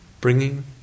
bringing